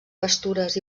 pastures